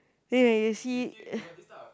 then when you see